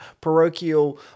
parochial